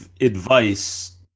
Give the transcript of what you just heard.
advice